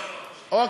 לא, לא.